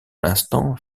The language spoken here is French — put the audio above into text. l’instant